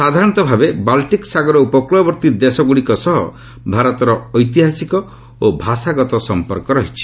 ସାଧାରରତଃ ଭାବେ ବାଲ୍ଟିକ୍ ସାଗର ଉପକୃଳବର୍ତ୍ତୀ ଦେଶଗୁଡ଼ିକ ସହ ଭାରତର ଐତିହାସିକ ଓ ଭାଷାଗତ ସମ୍ପର୍କ ରହିଛି